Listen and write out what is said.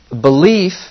Belief